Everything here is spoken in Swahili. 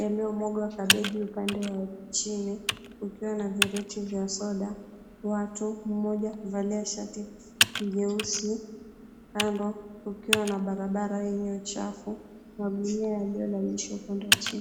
yaliyomwagwa kabeji. Upande wa chini ukiwa na vireti vya soda. Watu, mmoja kuvalia shati nyeusi. Kando, kukiwa na barabara yenye uchafu. Magunia yaliyolalishwa upande wa chini.